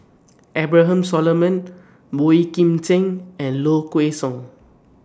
Abraham Solomon Boey Kim Cheng and Low Kway Song